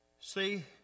See